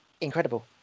incredible